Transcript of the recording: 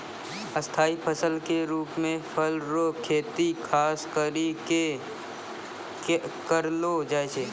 स्थाई फसल के रुप मे फल रो खेती खास करि कै करलो जाय छै